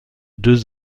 deux